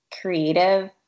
creative